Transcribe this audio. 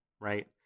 Right